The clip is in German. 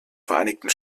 vereinigten